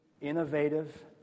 innovative